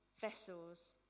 vessels